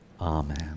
Amen